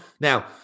Now